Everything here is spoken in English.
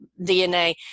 DNA